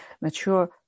mature